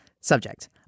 Subject